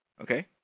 Okay